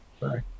Sorry